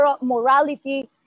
morality